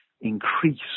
increase